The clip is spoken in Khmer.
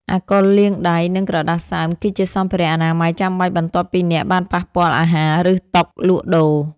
អាកុលលាងដៃ និងក្រដាសសើម គឺជាសម្ភារៈអនាម័យចាំបាច់បន្ទាប់ពីអ្នកបានប៉ះពាល់អាហារ ឬតុលក់ដូរ។